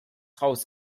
raus